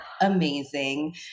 amazing